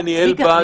צביקה,